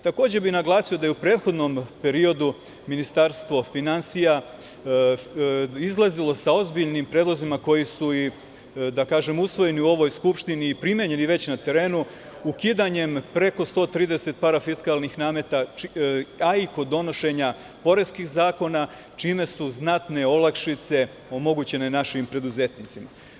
Takođe bih naglasio da je u prethodnom periodu Ministarstvo finansija izlazilo sa ozbiljnim predlozima, koji su, da kažem, usvojeni u ovoj skupštini i primenjeni već na terenu, ukidanjem preko 130 parafiskalnih nameta, a i kod donošenja poreskih zakona, čime su znatne olakšice omogućene našim preduzetnicima.